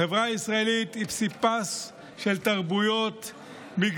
החברה הישראלית היא פסיפס של תרבויות,